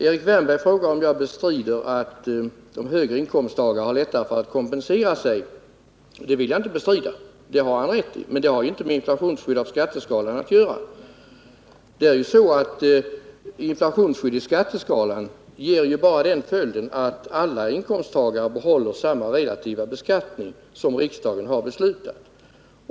Erik Wärnberg frågade om jag bestrider att de högre inkomsttagarna har lättare att kompensera sig för inflationens verkningar än låginkomsttagarna. Det vill jag inte bestrida. Det har han rätt i, men det har ingenting med inflationsskyddet av skatteskalan att göra. Inflationsskyddet i skatteskalan ger bara den följden att alla inkomsttagare behåller samma relativa beskattning som riksdagen har beslutat.